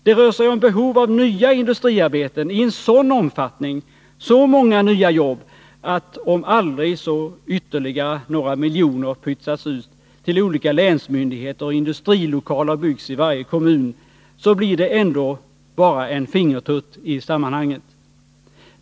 Det rör sig om behov av nya industriarbeten i en sådan omfattning, så många nya jobb, att om än ytterligare några miljoner pytsas ut till olika länsmyndigheter och industrilokaler byggs i varje kommun, blir resultatet ändå bara en ”fingertutt” i sammanhanget.